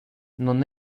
non